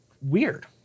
weird